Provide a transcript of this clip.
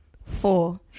Four